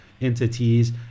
entities